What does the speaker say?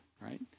right